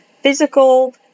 physical